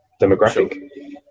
demographic